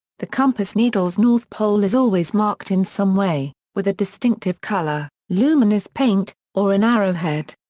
the compass needle's north pole is always marked in some way with a distinctive color, luminous paint, or an arrowhead.